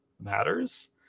matters